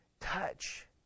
touch